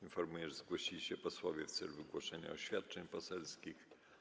Informuję, że zgłosili się posłowie w celu wygłoszenia oświadczeń poselskich.